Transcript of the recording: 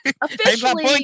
officially